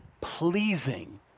pleasing